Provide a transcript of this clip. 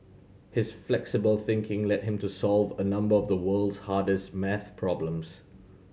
his flexible thinking led him to solve a number of the world's hardest maths problems